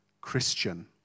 Christian